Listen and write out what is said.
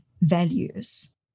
values